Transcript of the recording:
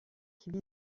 qui